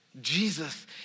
Jesus